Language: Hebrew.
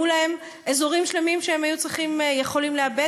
להם אזורים שלמים שהם היו יכולים לעבד,